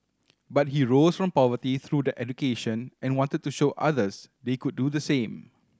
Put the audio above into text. but he rose from poverty through the education and wanted to show others they could do the same